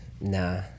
Nah